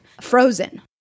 frozen